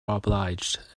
obliged